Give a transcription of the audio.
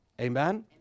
Amen